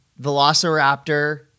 Velociraptor